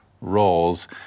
roles